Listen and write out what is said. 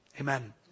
amen